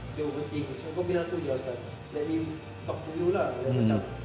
don't overthink kau bilang aku jer asal let me talk to you lah like macam